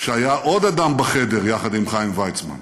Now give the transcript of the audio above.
שהיה עוד אדם בחדר יחד עם חיים ויצמן: